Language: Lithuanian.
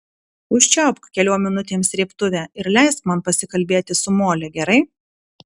užčiaupk keliom minutėm srėbtuvę ir leisk man pasikalbėti su mole gerai